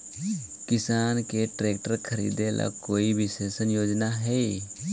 किसान के ट्रैक्टर खरीदे ला कोई विशेष योजना हई?